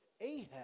Ahab